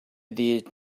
did